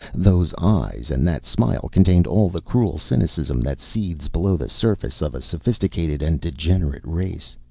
those eyes and that smile contained all the cruel cynicism that seethes below the surface of a sophisticated and degenerate race,